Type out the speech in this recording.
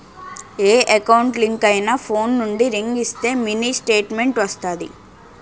ఏ account link అయినా phone నుండి ring ఇస్తే మినీ స్టేట్మెంట్ వస్తాది